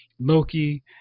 Loki